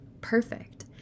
perfect